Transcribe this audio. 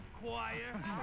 Choir